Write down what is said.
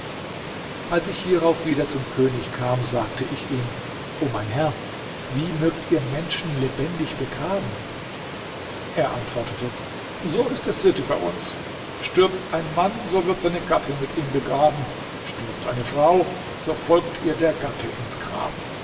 als ich hierauf wieder zum könig kam sagte ich ihm o mein herr wie mögt ihr menschen lebendig begraben er antwortete so ist es sitte bei uns stirbt ein mann so wird seine gattin mit ihm begraben stirbt eine frau so folgt ihr der gatte ins grab